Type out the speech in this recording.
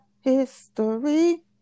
history